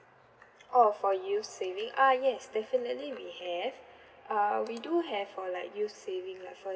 oh for U saving uh yes definitely we have uh we do have for like U saving lah for